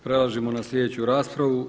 Prelazimo na sljedeću raspravu.